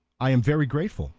i am very grateful,